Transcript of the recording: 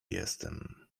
jestem